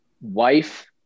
wife